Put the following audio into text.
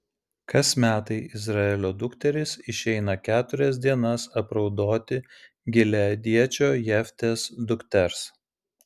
kas metai izraelio dukterys išeina keturias dienas apraudoti gileadiečio jeftės dukters